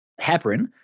Heparin